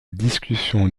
discussion